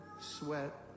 sweat